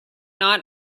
not